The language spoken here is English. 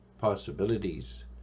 possibilities